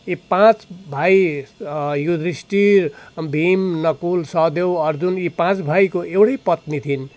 यी पाँच भाइ युदिष्टिर भीम नहकुल सहदेव अर्जुन यी पाँच भाइको एउटै पत्नी थिइन्